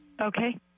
Okay